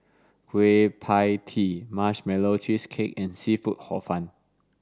Kueh Pie Tee marshmallow cheesecake and seafood hor fun